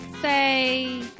say